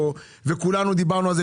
כולנו דיברנו על זה.